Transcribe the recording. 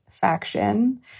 faction